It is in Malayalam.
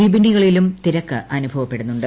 വിപണികളിലും തിരക്ക് അനുഭവപ്പെടുന്നുണ്ട്